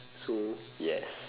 so yes